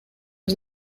was